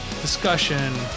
discussion